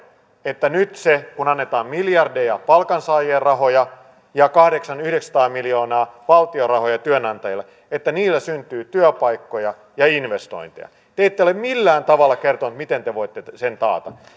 että nyt kun annetaan miljardeja palkansaajien rahoja ja kahdeksansataa viiva yhdeksänsataa miljoonaa valtion rahoja työnantajille niillä syntyy työpaikkoja ja investointeja te ette ole millään tavalla kertoneet miten te voitte sen taata